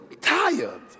tired